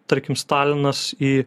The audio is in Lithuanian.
tarkim stalinas į